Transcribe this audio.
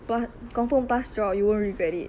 confirm plus chop you won't regret it